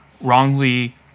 wrongly